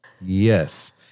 Yes